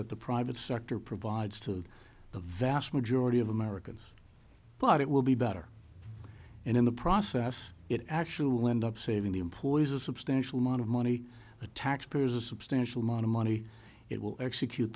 that the private sector provides to the vast majority of americans but it will be better and in the process it actually end up saving the employees a substantial amount of money the taxpayers a substantial amount of money it will execute